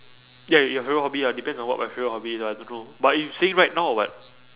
ya ya your favourite hobby lah depends on what my favourite hobby lah I don't know but you saying right now or what